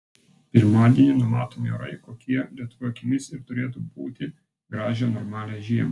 pirmadienį numatomi orai kokie lietuvio akimis ir turėtų būti gražią normalią žiemą